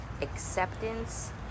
acceptance